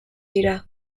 dira